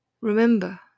Remember